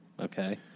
Okay